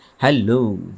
hello